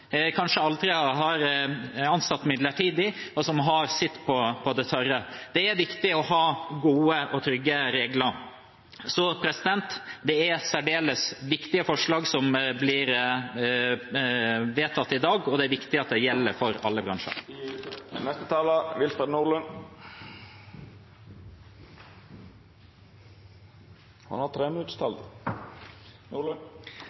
kanskje aldri har ansatt midlertidig, og som har sitt på det tørre. Det er viktig å ha gode og trygge regler. Det er særdeles viktige forslag som blir vedtatt i dag, og det er viktig at de gjelder for alle bransjer.